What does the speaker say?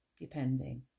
depending